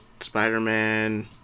Spider-Man